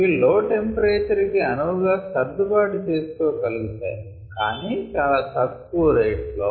ఇవి లో టెంపరేచర్ కి అనువుగా సర్దుబాటు చేసుకోగలుగుతాయి కానీ చాలా తక్కువ రేట్ లో